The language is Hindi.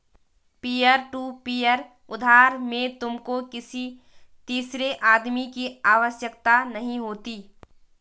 पीयर टू पीयर उधार में तुमको किसी तीसरे आदमी की आवश्यकता नहीं होती